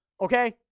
Okay